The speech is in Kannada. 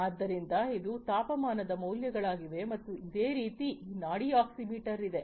ಆದ್ದರಿಂದ ಇದು ತಾಪಮಾನದ ಮೌಲ್ಯಗಳಾಗಿವೆ ಮತ್ತು ಅದೇ ರೀತಿ ಈ ನಾಡಿ ಆಕ್ಸಿಮೀಟರ್ ಇದೆ